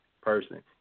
person